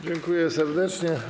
Dziękuję serdecznie.